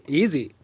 easy